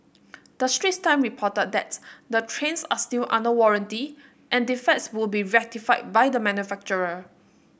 the Straits Time reported that the trains are still under warranty and defects would be rectified by the manufacturer